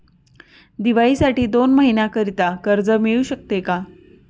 दिवाळीसाठी दोन महिन्याकरिता कर्ज मिळू शकते का?